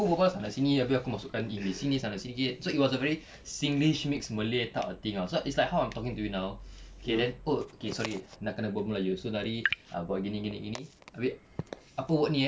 aku berbual sana sini abeh aku masukkan ini sini sana sedikit so it was a very singlish mixed malay type of thing ah so it's like how I'm talking to you now okay then oh okay sorry nak kena berbual melayu so nari buat gini gini gini abeh apa word ni eh